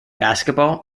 basketball